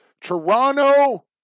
Toronto